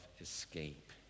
escape